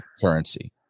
currency